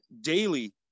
daily